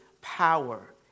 power